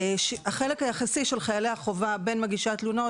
החלק היחסי של חיילי החובה בין מגישי התלונות